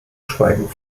schweigen